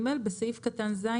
בסעיף קטן (ז),